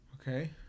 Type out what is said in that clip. Okay